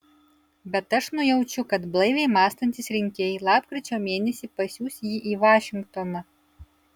bet aš nujaučiu kad blaiviai mąstantys rinkėjai lapkričio mėnesį pasiųs jį į vašingtoną